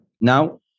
Now